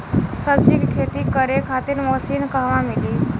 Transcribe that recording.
सब्जी के खेती करे खातिर मशीन कहवा मिली?